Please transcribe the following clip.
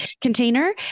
container